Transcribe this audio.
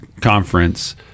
conference